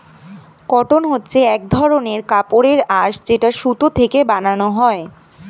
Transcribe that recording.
cotton হচ্ছে এক ধরনের কাপড়ের আঁশ যেটা সুতো থেকে বানানো হয়